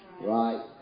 Right